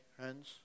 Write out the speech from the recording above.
hands